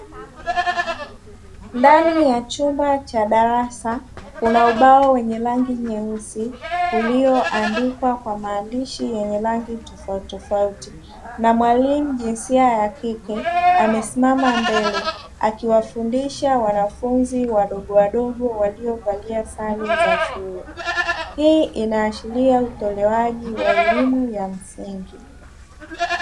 Ndani ya chumba cha darasa kuna ubao wenye rangi nyeusi, ulioandikwa kwa maandishi yenye rangi tofautitofauti na mwalimu jinsia ya kike amesimama mbele, akiwafundisha wanafunzi wadogowadogo waliovalia sare za shule. Hii inaashiria utolewaji wa elimu ya msingi.